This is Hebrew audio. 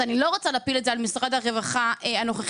אני לא רוצה להפיל את זה על משרד הרווחה הנוכחי